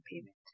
payment